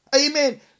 amen